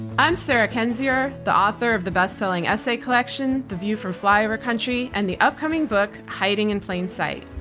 i'm sarah kendzior, the author of the bestselling essay collection, the view from flyover country, and the upcoming book, hiding in plain sight.